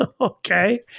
Okay